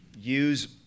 use